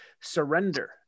surrender